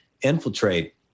infiltrate